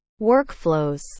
workflows